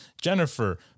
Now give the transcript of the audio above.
Jennifer